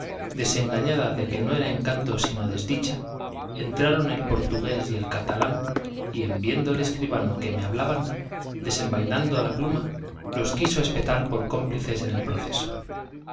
desengañada de que no era encanto sino desdicha entraron el portugués y el catalán y en viendo el escribano que me hablaban desenvainando la pluma los quiso espetar por cómplices en el proceso